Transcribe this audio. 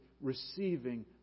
receiving